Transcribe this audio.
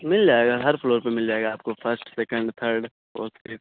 مل جائے گا ہر فلور پہ مل جائے گا آپ کو first second third fourth fifth